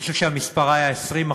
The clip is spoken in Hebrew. אני חושב שהמספר היה 20%